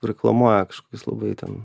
reklamuoja kažkokius labai ten